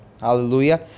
Hallelujah